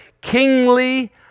kingly